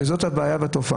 זאת תופעה בעייתית?